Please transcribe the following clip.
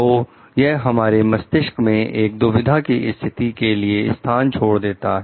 तो यह हमारे मस्तिष्क में एक दुविधा की स्थिति के लिए स्थान छोड़ देता है